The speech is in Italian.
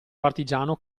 partigiano